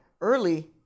early